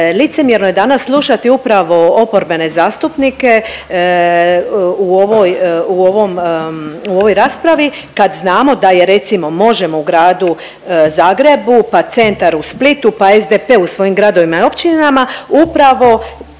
licemjerno je danas slušati upravo oporbene zastupnike u ovoj raspravi kad znamo da je recimo Možemo! u Gradu Zagrebu, pa Centar u Splitu, pa SDP u svojim gradovima i općinama upravo